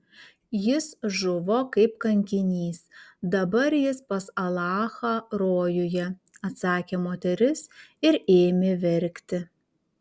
jis žuvo kaip kankinys dabar jis pas alachą rojuje atsakė moteris ir ėmė verkti